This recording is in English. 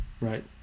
right